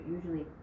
Usually